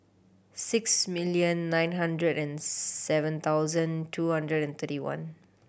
six million nine hundred and seven thousand two hundred and thirty one